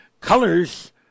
colors